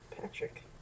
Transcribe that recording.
Patrick